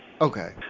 Okay